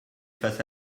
face